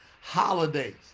holidays